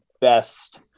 best